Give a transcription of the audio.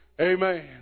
Amen